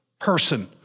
person